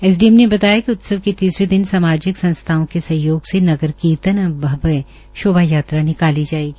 S D M ने बताया कि उत्सव के तीसरे दिन सामाजिक संस्थाओं के सहयोग से नगर कीर्तन एवं भवय शोभा यात्रा निकाली जायेगी